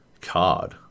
card